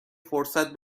فرصت